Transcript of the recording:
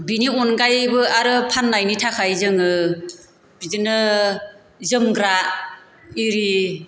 बिनि अनगायैबो आरो फान्नायनि थाखाय जोङो बिदिनो जोमग्रा इरि